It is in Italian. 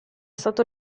stata